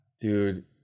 dude